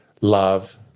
love